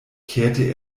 kehrte